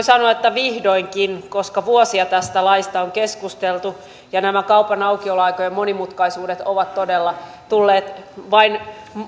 sanoa että vihdoinkin koska vuosia tästä laista on keskustelu ja nämä kaupan aukioloaikojen monimutkaisuudet ovat todella tulleet vain